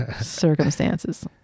circumstances